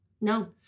No